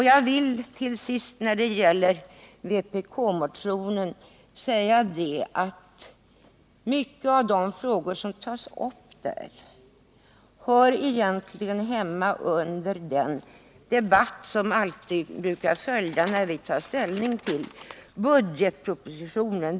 Jag vill till sist när det gäller vpk-motionen säga att många av de frågor som tas upp där hör egentligen hemma i den debatt som alltid följer när vi tar ställning till budgetpropositionen.